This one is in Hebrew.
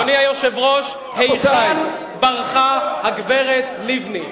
אדוני היושב-ראש, להיכן ברחה הגברת לבני?